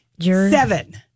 Seven